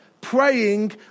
praying